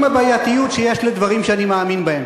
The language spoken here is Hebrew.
עם הבעייתיות שיש לדברים שאני מאמין בהם,